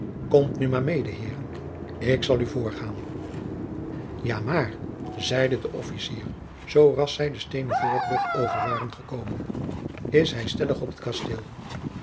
komt nu maar mede heeren ik zal u voorgaan ja maar zeide de officier zooras zij de steenen voorbrug over waren gekomen is hij stellig op t kasteel